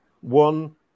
one